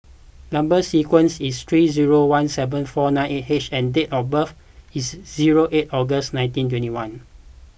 Number Sequence is T three zero one seven four nine eight H and date of birth is zero eight August nineteen twenty one